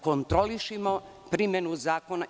Kontrolišimo primenu zakona.